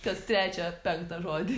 kas trečią penktą žodį